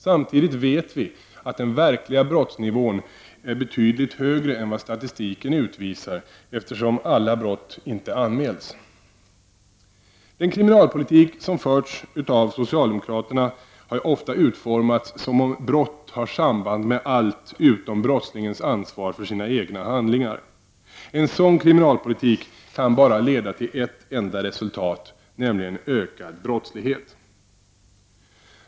Samtidigt vet vi att den verkliga brottsnivån är betydligt högre än vad statistiken utvisar, eftersom alla brott inte anmäls. Den kriminalpolitik som förts av den socialdemokratiska regeringen har ofta utformats som om brott hade samband med allt utom brottslingens an svar för sina egna handlingar. En sådan kriminalpolitik kan bara leda till ett enda resultat, nämligen ökad brottslighet.